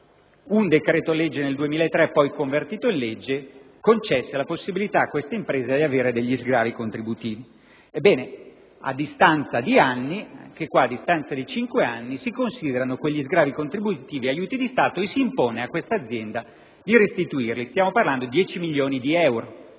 un decreto-legge, poi convertito in legge, concesse la possibilità a questa impresa di avere degli sgravi contributivi. Ebbene, a distanza di cinque anni si considerano quegli sgravi contributivi aiuti di Stato e s'impone a tale azienda di restituirli: stiamo parlando di 10 milioni di euro;